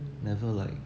never like